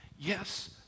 Yes